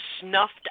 snuffed